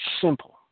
simple